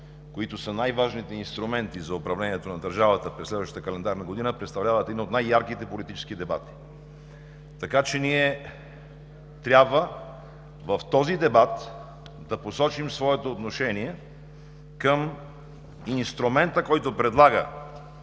които са най-важните инструменти за управлението на държавата през следващата календарна година, представляват един от най-ярките политически дебати. Така че ние трябва в този дебат да посочим своето отношение към инструмента, който предлага